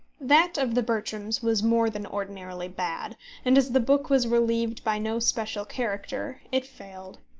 that of the bertrams was more than ordinarily bad and as the book was relieved by no special character, it failed.